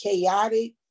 chaotic